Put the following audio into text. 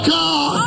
God